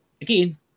again